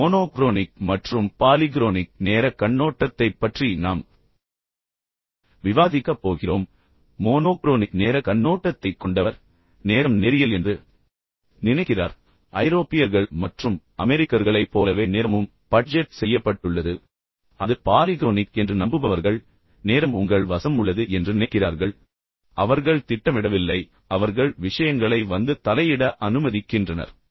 இந்த மோனோக்ரோனிக் மற்றும் பாலிக்ரோனிக் நேரக் கண்ணோட்டத்தைப் பற்றி நாம் விவாதிக்கப் போகிறோம் மோனோக்ரோனிக் நேரக் கண்ணோட்டத்தைக் கொண்டவர் நேரம் நேரியல் என்று நினைக்கிறார் ஐரோப்பியர்கள் மற்றும் அமெரிக்கர்களைப் போலவே நேரமும் பட்ஜெட் செய்யப்பட்டுள்ளது மற்றும் அது பாலிக்ரோனிக் என்று நம்புபவர்கள் நேரம் உங்கள் வசம் உள்ளது என்று அவர்கள் நினைக்கிறார்கள் பின்னர் விஷயங்களை முடிவில்லாமல் ஒத்திவைக்க முடியும் அவர்கள் திட்டமிடவில்லை அவர்கள் விஷயங்களை வந்து தலையிட அனுமதிக்கின்றனர்